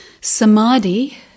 Samadhi